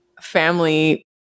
family